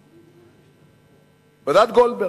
ועדת-גולדברג.